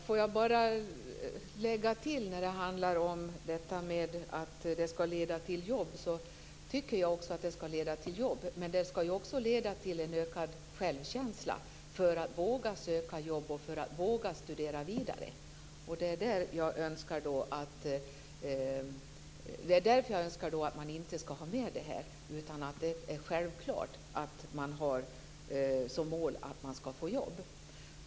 Herr talman! Jag vill bara lägga till att också jag tycker att studierna skall leda till jobb, men de skall också leda till en ökad självkänsla så att de studerande skall våga söka jobb eller våga studera vidare. Det är därför jag önskar att man inte skall ta med dessa formuleringar. Det är självklart att målet är att de studerande skall få jobb.